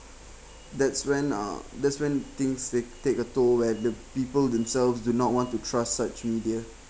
that's when uh that's when things they take a toll where the people themselves do not want to trust such media